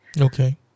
okay